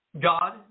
God